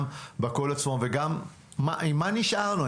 עם מה נשארנו?